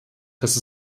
dass